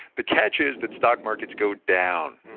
the catch is that stock markets go down,